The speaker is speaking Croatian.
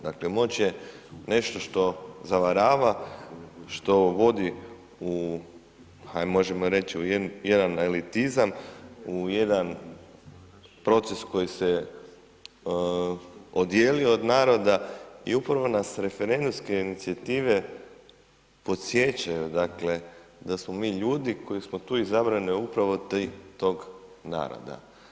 Dakle, moć je nešto što zavarava što vodi u, hajde možemo reći u jedan elitizam, u jedan proces koji se odijelio od naroda i upravo nas referendumske inicijative podsjećaju dakle da smo mi ljudi koji smo tu izabrani upravo od tog naroda.